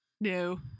no